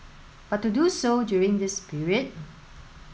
but to do so during this period